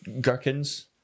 gherkins